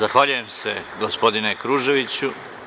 Zahvaljujem se, gospodine Kruževiću.